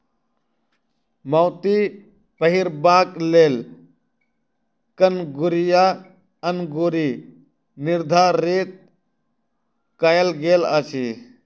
मोती पहिरबाक लेल कंगुरिया अंगुरी निर्धारित कयल गेल अछि